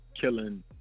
Killing